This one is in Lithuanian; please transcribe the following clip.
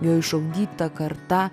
jo išugdyta karta